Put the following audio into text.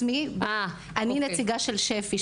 אני נציגה של שפ"י,